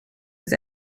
his